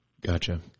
Gotcha